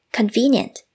Convenient